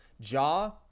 Jaw